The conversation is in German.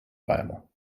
weimar